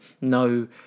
no